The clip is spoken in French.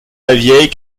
lavieille